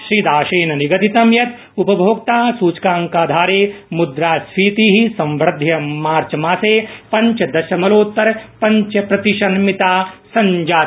श्रीदासेन निगदित यत उपभोक्ता सुचकांकाधारे मुद्रास्फीति संवर्ध्य मार्चमासे पञ्चदशदशमलवोत्तर पञ्च प्रतिशन्मिता सञ्जाता